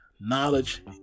knowledge